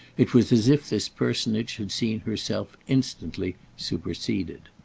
it was as if this personage had seen herself instantly superseded.